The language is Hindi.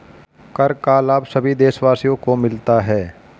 कर का लाभ सभी देशवासियों को मिलता है